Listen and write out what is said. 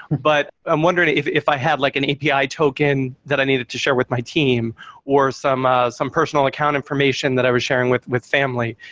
but i'm wondering if if i have like an api token that i needed to share with my team or some ah some personal account information that i was sharing with with family,